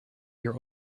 your